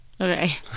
Okay